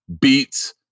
beats